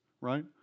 right